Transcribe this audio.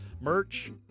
merch